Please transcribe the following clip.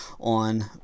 on